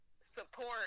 support